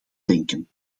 denken